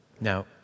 Now